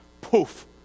Poof